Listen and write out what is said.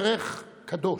ערך קדוש.